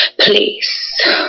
please